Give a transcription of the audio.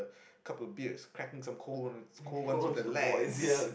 couple beers cracking some cold ones cold ones with the lads